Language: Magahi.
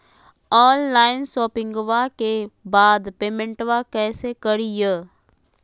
ऑनलाइन शोपिंग्बा के बाद पेमेंटबा कैसे करीय?